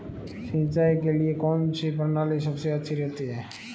सिंचाई के लिए कौनसी प्रणाली सबसे अच्छी रहती है?